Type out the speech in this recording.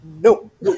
Nope